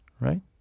right